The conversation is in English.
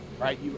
Right